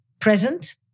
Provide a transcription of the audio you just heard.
present